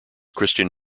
christian